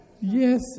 Yes